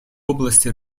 области